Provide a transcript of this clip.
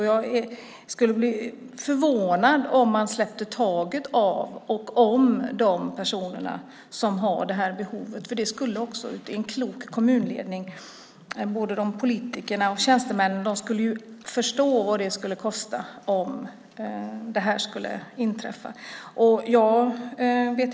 Jag skulle bli förvånad om man släppte taget om de personer som har det här behovet, för politiker och tjänstemän i en klok kommunledning förstår vad det skulle kosta om det skulle inträffa.